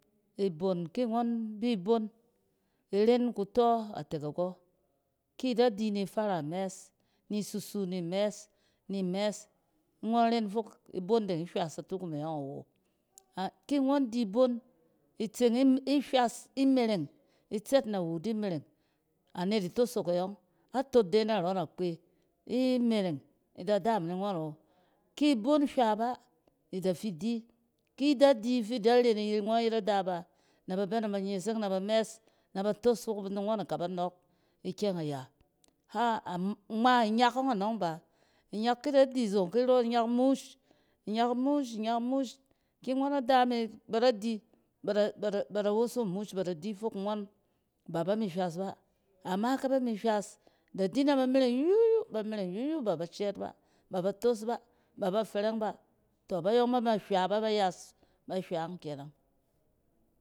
Ibon ki ngͻn bi bi ibon iren kutͻ atek ago ki da di ni fara mɛs ni susu ni mɛs ni mɛs ni ngͻn ren fok ibon deng hywas a tukemeng awo a-ki ngͻn di bon itseng ihywas, imereng, itsɛt nawu idi mereng. Anet itosok e yͻng a tot de narͻ nakpe imereng ida daam ni ngͻn awo. Ki bon hywa ba, ida fidi ki dadi fida ren yi ngͻn yet ada ba, ne a bɛ na ba nyeseng na ba mɛs naba toos fok ngͻn ni k aba nͻͻk ikyɛng iya. Ha-am-ngma inyak ͻng anͻng ba. Inyak ki dadi inzong ki rͻ, inyak mush, inyak mush, inyak mush. Ki ngͻn ada me, ba dadi ba da- bada woso mush ba da di fok ngͻn b aba mi hywas ba. Ama kɛ ba mi hywas, da di nɛ ba mereng yuyu, ba mereng yuyu b aba cɛɛt ba, b aba tos ba, b aba fɛrɛng ba. Tͻ ba yͻng ba ma hywa b aba yas ba hywa yͻng kenang.